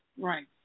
right